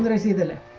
the the